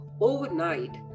Overnight